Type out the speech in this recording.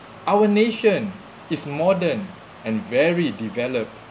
our nation is modern and very developed